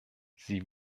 sie